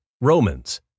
Romans